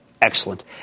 excellent